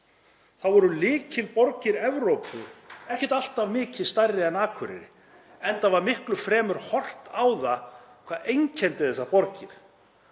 voru lykilborgir Evrópu ekkert alltaf miklu stærri en Akureyri, enda var miklu fremur horft á það hvað einkenndi þessar borgir.